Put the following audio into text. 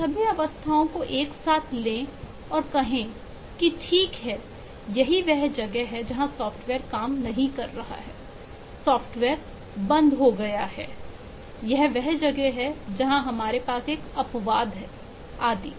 उन सभी अवस्थाओं को एक साथ लें और कहें कि ठीक है यही वह जगह है जहां सॉफ्टवेयर काम नहीं कर रहा है सॉफ्टवेयर बंद हो गया है यह वह जगह है जहां हमारे पास एक अपवाद है आदि